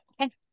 okay